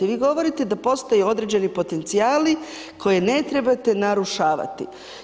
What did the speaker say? Vi govorite da postoje određeni potencijali koje ne trebate narušavati.